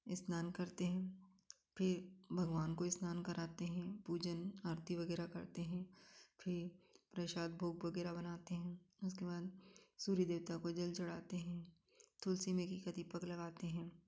स्नान करते हैं फ़िर भगवान को स्नान कराते हैं पूजन आरती वगैरह करते हैं फ़िर प्रसाद भोग वगैरह बनाते हैं उसके बाद सूर्य देवता को जल चढ़ाते हैं तुलसी में घी का दीपक लगाते हैं